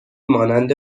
مانند